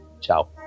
Ciao